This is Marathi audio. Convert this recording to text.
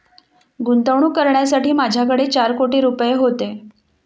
गुंतवणूक करण्यासाठी माझ्याकडे चार कोटी रुपये होते